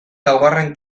laugarren